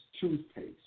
toothpaste